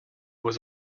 was